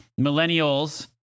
millennials